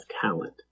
talent